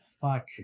fuck